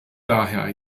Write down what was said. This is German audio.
daher